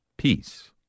peace